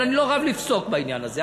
אבל אני לא רב לפסוק בעניין הזה.